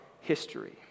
history